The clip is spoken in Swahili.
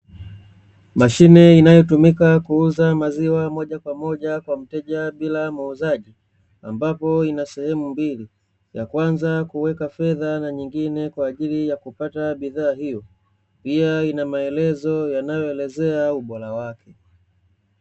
Mashine inayotumika kuuza maziwa mojakwamoja kwa mteja bila muuzaji, ambapo ina sehemu mbili; ya kwanza kuweka fedha na nyingine kwa ajili ya kupata bidhaa hiyo, pia ina maelezo yanayoelezea ubora wake.